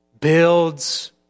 builds